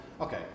Okay